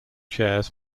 chairs